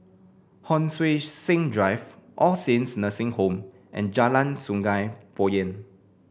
Hon Sui Sen Drive All Saints Nursing Home and Jalan Sungei Poyan